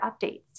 updates